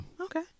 Okay